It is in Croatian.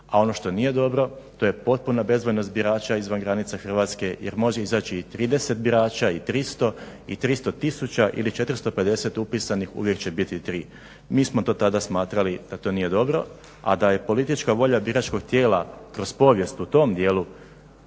a ono što nije dobro to je potpuna bezvoljnost birača izvan granica Hrvatske jer može izaći i 30 birača i 300 i 300 tisuća ili 450 upisanih uvijek će biti tri. Mi smo to tada smatrali da to nije dobro, a da je politička volja biračkog tijela kroz povijest u tom dijelu